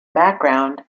background